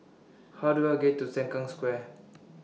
How Do I get to Sengkang Square